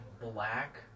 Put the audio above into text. black